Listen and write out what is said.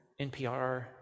NPR